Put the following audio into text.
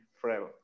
forever